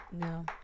No